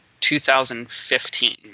2015